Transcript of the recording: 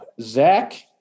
Zach